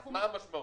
אז מה המשמעות?